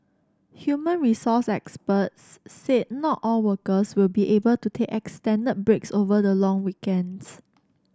human resource experts said not all workers will be able to take extended breaks over the long weekends